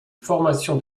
formation